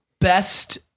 best